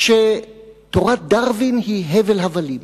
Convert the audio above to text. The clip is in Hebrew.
שתורת דרווין היא הבל הבלים.